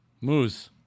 Moose